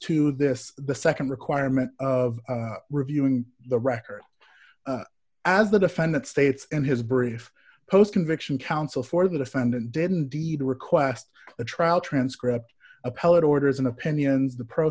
to this the nd requirement of reviewing the record as the defendant states in his brief post conviction counsel for the defendant did indeed request a trial transcript appellate orders and opinions the pro